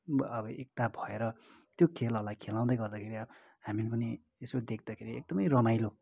अब एकता भएर त्यो खेलहरूलाई खेलाउँदै गर्दाखेरि हामी पनि यसो देख्दाखेरि एकदमै रमाइलो